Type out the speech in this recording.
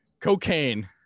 Cocaine